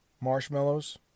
marshmallows